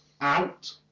out